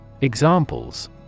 Examples